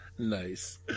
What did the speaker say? nice